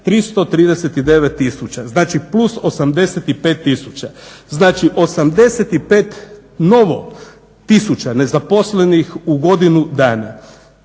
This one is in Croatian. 339 tisuća. Znači plus 85 tisuća. Znači 85 novo tisuća nezaposlenih u godinu dana.